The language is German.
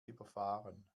überfahren